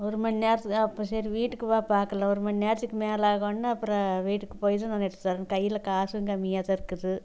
ஒருமணி நேரத்துக்கு அப்போ சரி வீட்டுக்கு வா பார்க்கலாம் ஒருமணி நேரத்துக்கு மேலே ஆகணுன்னா அப்புறம் வீட்டுக்கு போய் தான் நான் எடுத்து தரணும் கையில் காசும் கம்மியாக தான் இருக்குது